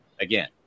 Again